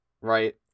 right